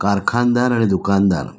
कारखानदार आणि दुकानदार